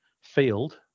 field